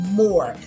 more